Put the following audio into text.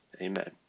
Amen